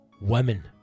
Women